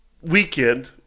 weekend